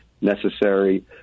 necessary